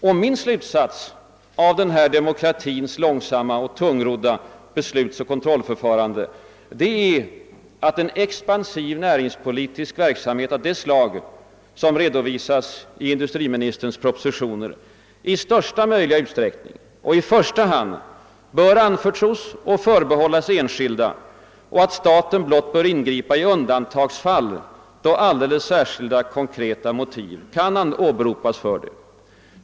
Och min slutsats av detta demokratins långsamma och tungrodda beslutsoch kontrollförfarande är att en expansiv näringspolitisk verksamhet av det slag som redovisas i industriministerns propositioner i största möjliga utsträckning och i första hand bör anförtros och förbehållas enskilda och att staten blott bör ingripa i undantagsfall, då alldeles särskilda konkreta motiv kan åberopas härför.